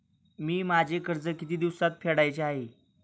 मी माझे कर्ज किती दिवसांत फेडायचे आहे?